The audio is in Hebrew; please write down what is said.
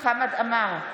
חמד עמאר,